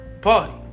party